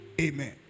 Amen